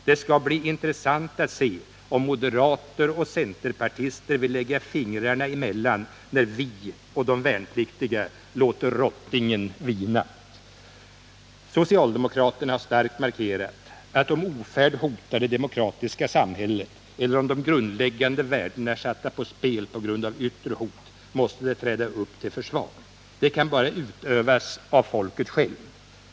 Det skall bli intressant att se om moderater och centerpartister vill lägga fingrarna emellan när vi och de värnpliktiga låter rottingen vina. Socialdemokraterna har starkt markerat att om ofärd hotar det demokratiska samhället eller om de grundläggande värdena är satta på spel på grund av yttre hot måste samhället träda upp till försvar. Detta kan bara ske genom folket självt.